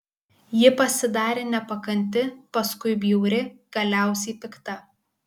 ji pasidarė nepakanti paskui bjauri galiausiai pikta